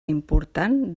important